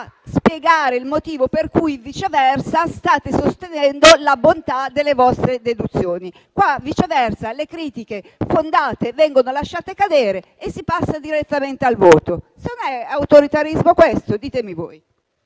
spiegare il motivo per cui, viceversa, state sostenendo la bontà delle vostre deduzioni. In questo caso, invece, le critiche fondate vengono lasciate cadere e si passa direttamente al voto. Se non è autoritarismo questo, ditemelo voi